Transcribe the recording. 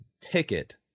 ticket